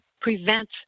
prevent